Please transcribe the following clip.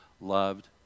loved